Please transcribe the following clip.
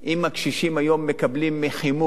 אם הקשישים היום מקבלים חימום,